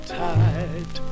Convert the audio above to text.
tight